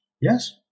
Yes